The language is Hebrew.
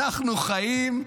אנחנו חיים,